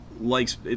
likes